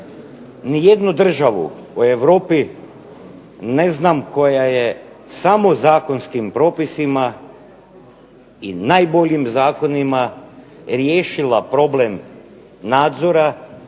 nijednu državu u Europi ne znam koja je samo zakonskim propisima i najboljim zakonima riješila problem nadzora,